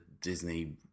disney